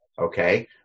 Okay